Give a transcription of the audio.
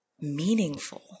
meaningful